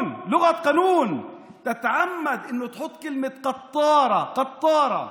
(אומר דברים בשפה הערבית, להלן תרגומם: